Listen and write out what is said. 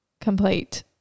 complete